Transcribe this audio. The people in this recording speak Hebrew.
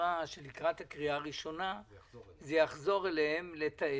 שלקראת הקריאה הראשונה זה יחזור אליה לתאם.